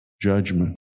judgment